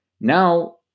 Now